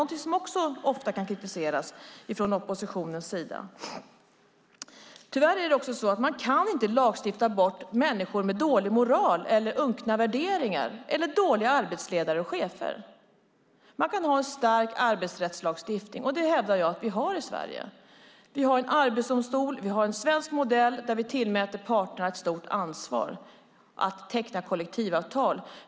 Det är också något som ofta kritiseras från oppositionens sida. Tyvärr kan man inte lagstifta bort människor med dålig moral eller unkna värderingar eller dåliga arbetsledare och chefer. Man kan ha en stark arbetsrättslagstiftning, och det hävdar jag att vi har i Sverige. Vi har en arbetsdomstol, vi har en svensk modell där vi tillmäter parterna ett stort ansvar att teckna kollektivavtal.